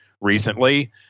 recently